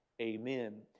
Amen